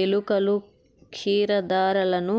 ఎలుకలు, క్షీరదాలను